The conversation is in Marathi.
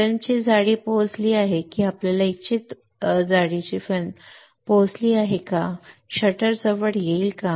फिल्मची जाडी पोहोचली आहे की आपल्या इच्छित जाडीची फिल्म पोहोचली आहे शटर जवळ येईल का